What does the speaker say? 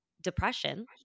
depression